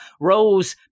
Rose